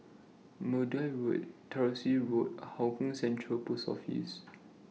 Maude Road Tyersall Road and Hougang Central Post Office